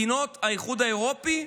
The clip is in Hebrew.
מדינות האיחוד האירופי,